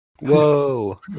Whoa